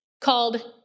called